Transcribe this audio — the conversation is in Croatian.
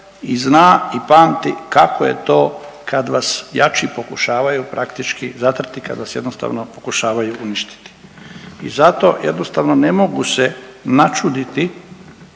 i zna i pamti kako je to kad vas jači pokušavaju praktički zatrti, kad vas jednostavno pokušavaju uništiti. I zato jednostavno ne mogu se načuditi